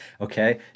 Okay